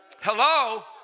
Hello